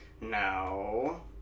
No